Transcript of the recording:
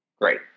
Great